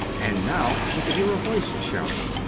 and now she could hear a voice shouting.